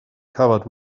covered